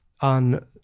on